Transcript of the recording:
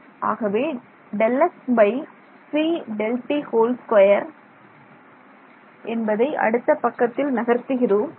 ஆகவே என்பதை அடுத்த பக்கத்தில் நகர்த்துகிறோம்